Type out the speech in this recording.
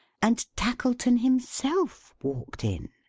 and tackleton himself walked in.